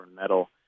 metal